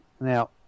Now